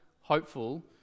hopeful